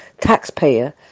taxpayer